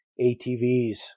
ATVs